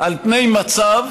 על מצב